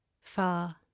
far